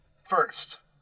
first